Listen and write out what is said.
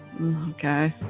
Okay